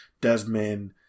Desmond